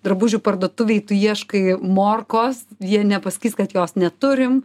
drabužių parduotuvėj tu ieškai morkos jie nepasakys kad jos neturim